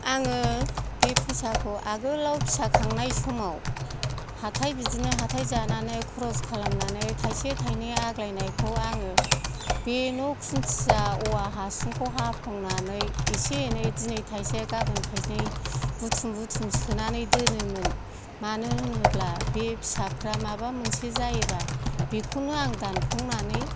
आङो बे फैसाखौ आगोलाव फिसा खांनाय समाव हाथाय बिदिनो हाथाय जानानै खरस खालामनानै थाइसे थाइनै आग्लायनायखौ आङो बे न' खुन्थिया औवा हासुंखौ हाफ्लंनानै एसे एनै दिनै थाइसे गाबोन थाइनै बुथुम बुथुम सोनानै दोनोमोन मानो होनोब्ला बे फिसाफ्रा माबा मोनसे जायोबा बिखौनो आं दानफ्लंनानै